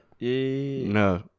no